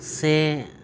ᱥᱮ